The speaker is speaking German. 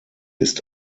ist